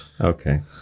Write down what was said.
okay